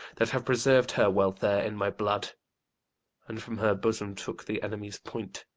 that have preserv'd her welfare in my blood and from her bosom took the enemy's point,